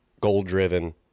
goal-driven